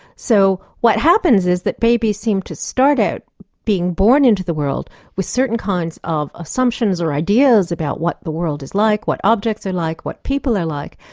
so what happens is that babies seem to start out being born into the world with certain kinds of assumptions or ideas about what the world is like, what objects are like, what people are like.